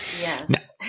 Yes